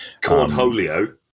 Cornholio